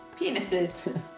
Penises